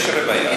יש רוויה.